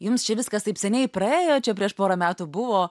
jums čia viskas taip seniai praėjo čia prieš porą metų buvo